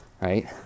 Right